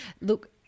Look